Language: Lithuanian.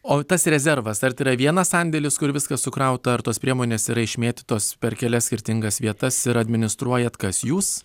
o tas rezervas ar tai yra vienas sandėlis kur viskas sukrauta ar tos priemonės yra išmėtytos per kelias skirtingas vietas ir administruojat kas jūs